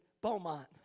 Beaumont